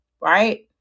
right